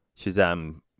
Shazam